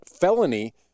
felony